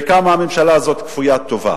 וכמה הממשלה הזאת כפוית טובה.